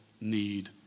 need